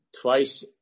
twice